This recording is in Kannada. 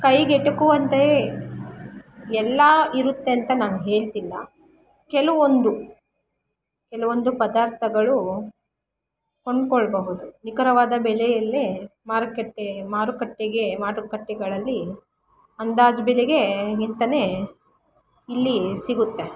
ಕೈಗೆಟಕುವಂತೆ ಎಲ್ಲಾ ಇರುತ್ತೆ ಅಂತ ನಾನು ಹೇಳ್ತಿಲ್ಲ ಕೆಲವೊಂದು ಕೆಲವೊಂದು ಪದಾರ್ಥಗಳು ಕೊಂಡುಕೊಳ್ಬಹುದು ನಿಖರವಾದ ಬೆಲೆಯಲ್ಲೇ ಮಾರುಕಟ್ಟೆ ಮಾರುಕಟ್ಟೆಗೆ ಮಾರುಕಟ್ಟೆಗಳಲ್ಲಿ ಅಂದಾಜು ಬೆಲೆಗೆ ಗಿಂತ ಇಲ್ಲಿ ಸಿಗುತ್ತೆ